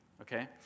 okay